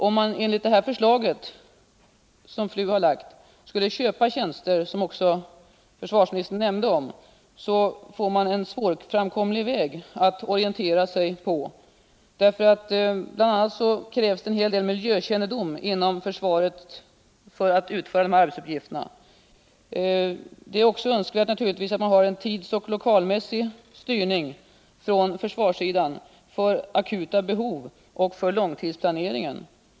Om man enligt det förslag som FLU har lagt fram skulle köpa tjänster, såsom också försvarsministern nämnde, väljer man att orientera sig efter en svårframkomlig väg. Bl. a. krävs det en hel del miljökännedom för att kunna utföra de aktuella arbetsuppgifterna inom försvaret. Det är naturligtvis också önskvärt att försvaret har en tidsoch lokalmässig styrning för akuta behov och för långtidsplaneringen.